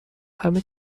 همه